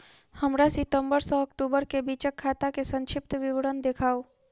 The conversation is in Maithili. हमरा सितम्बर सँ अक्टूबर केँ बीचक खाता केँ संक्षिप्त विवरण देखाऊ?